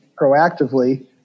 proactively